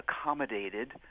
accommodated